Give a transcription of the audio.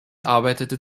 arbeitete